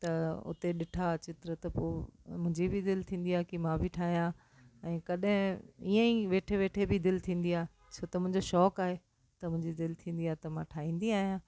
त उते ॾिठा चित्र त पोइ मुंहिंजी बि दिलि थींदी आहे कि मां बि ठाहियां ऐं कॾहिं ईअं ई वेठे वेठे बि दिलि थींदी आहे छो त मुंहिंजो शौंक़ु आहे त मुंहिंजी दिलि थींदी आहे त मां ठाहींदी आहियां